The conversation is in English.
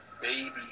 baby